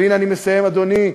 והנה אני מסיים, אדוני.